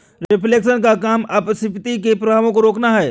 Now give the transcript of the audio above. reflation का काम अपस्फीति के प्रभावों को रोकना है